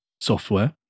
software